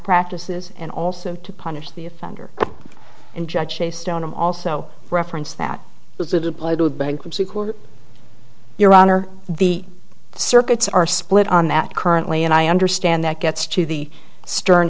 practices and also to punish the offender and judge based on i'm also referenced that was a deployed to a bankruptcy court your honor the circuits are split on that currently and i understand that gets to the stern